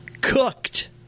cooked